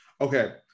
Okay